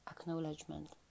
acknowledgement